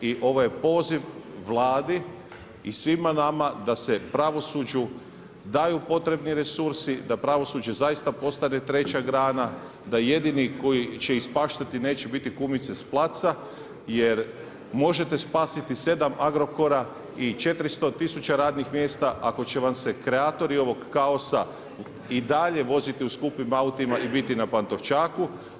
I ovo je poziv Vladi i svima nama da se pravosuđu daju potrebni resursi, da pravosuđe zaista postane treća grana, da jedini koji će ispaštati neće biti kumice s placa jer možete spasiti 7 Agrokora i 400 tisuća radnih mjesta ako će vam se kreatori ovog kaosa i dalje voziti u skupim autima i biti na Pantovčaku.